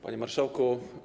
Panie Marszałku!